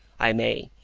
i may,